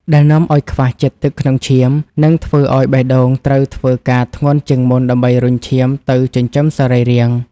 ដែលនាំឱ្យខ្វះជាតិទឹកក្នុងឈាម និងធ្វើឱ្យបេះដូងត្រូវធ្វើការធ្ងន់ជាងមុនដើម្បីរុញឈាមទៅចិញ្ចឹមសរីរាង្គ។